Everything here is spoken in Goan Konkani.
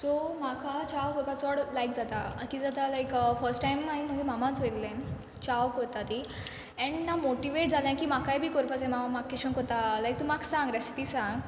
सो म्हाका चाव कोरपा चोड लायक जाता किद जाता लायक फस्ट टायम हांयन म्हाजे मामा चोयल्लें चाव कोत्ता ती एंड हांव मोटिवेट जालें की म्हाकाय बी कोरपा जाय मा हांव म्हाक केश कोन कोत्ता लायक तूं म्हाका सांग रॅसिपी सांग